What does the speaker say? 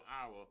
hour